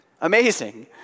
Amazing